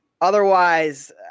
Otherwise